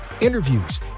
interviews